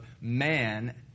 man